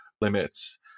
limits